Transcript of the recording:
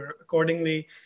accordingly